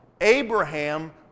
Abraham